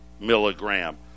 Milligram